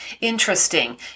interesting